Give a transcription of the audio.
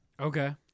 Okay